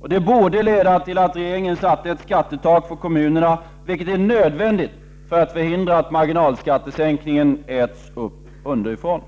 Och det borde leda till att regeringen satte ett skattetak för kommunerna, vilket är nödvändigt för att förhindra att marginalskattesänkningen äts upp underifrån.